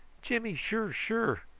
jimmy sure, sure.